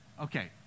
Okay